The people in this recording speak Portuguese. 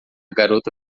garota